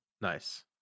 Nice